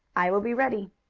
i will be ready.